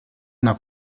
una